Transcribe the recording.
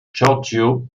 giorgio